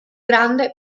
grande